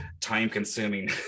time-consuming